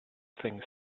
things